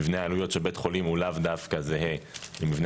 מבנה העלויות של בית חולים לאו דווקא זהה למבנה